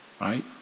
right